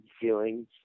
feelings